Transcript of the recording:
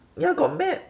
yeah got map